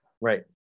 Right